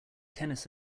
tennis